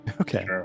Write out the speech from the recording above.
Okay